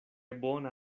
bona